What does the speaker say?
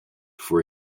for